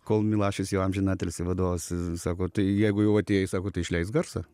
kol milašius jau amžinatilsį vadovas sako tai jeigu jau atėjai sako tai išleisk garsą